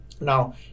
now